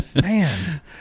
man